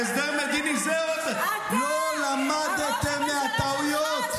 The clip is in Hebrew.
הסדר מדיני, זהו זה, לא למדתם מהטעויות,